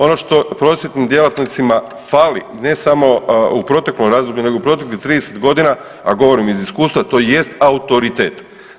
Ono što prosvjetnim djelatnicima fali ne samo u proteklom razdoblju nego u proteklih 30.g., a govorim iz iskustva, to jest autoritet.